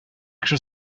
кеше